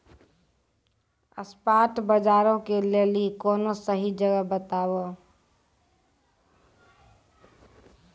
spot बजारो के लेली कोनो सही जगह बताबो